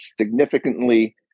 significantly